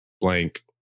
blank